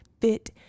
fit